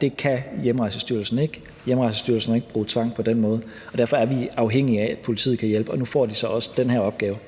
Det kan Hjemrejsestyrelsen ikke. Hjemrejsestyrelsen må ikke bruge tvang på den måde. Derfor er vi afhængige af, at politiet kan hjælpe, og nu får de så også den her opgave.